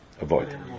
avoid